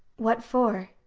what for?